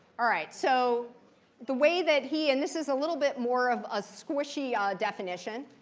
all right. so the way that he and this is a little bit more of a squishy definition.